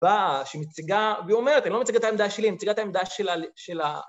באה.. שהיא מציגה והיא אומרת, אני לא מציגת העמדה שלי, אני מציגת העמדה של ה...